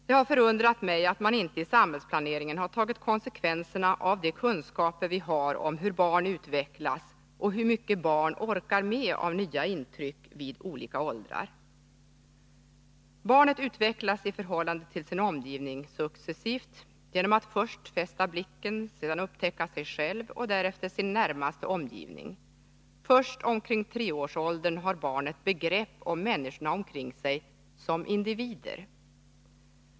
Det har förundrat mig att man inte i samhällsplaneringen har tagit konsekvenserna av de kunskaper vi har om hur barn utvecklas och hur mycket barn orkar med av nya intryck vid olika åldrar. Barnet utvecklas i förhållande till sin omgivning successivt genom att först fästa blicken, sedan upptäcka sig själv och därefter sin närmaste omgivning. Först omkring treårsåldern har barnet begrepp om människorna omkring sig som individer.